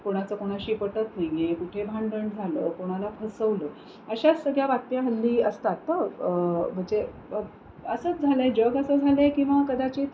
कोणाचं कोणाशी पटत नाही आहे कुठे भांडण झालं कोणाला फसवलं अशाच सगळ्या बातम्या हल्ली असतात तर म्हणजे असंच झालं आहे जग असं झालं आहे किंवा कदाचित